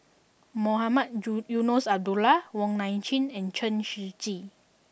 Mohamed Ju Eunos Abdullah Wong Nai Chin and Chen Shiji